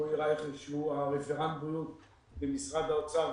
שהוא רפרנט הבריאות במשרד האוצר,